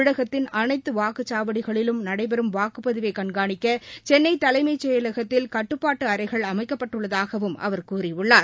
தமிழகத்தின் அனைத்து வாக்குச்சாவடிகளிலும் நடைபெறும் வாக்குப்பதிவை கண்காணிக்க சென்னை தலைமை செயலகத்தில் கட்டுப்பாட்டு அறைகள் அமைக்கப்பட்டுள்ளதாகவும் அவர் கூறியுள்ளார்